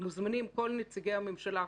מוזמנים כל נציגי הממשלה,